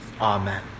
Amen